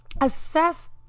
assess